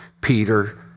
Peter